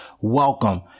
welcome